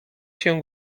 się